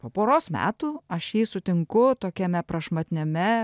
po poros metų aš jį sutinku tokiame prašmatniame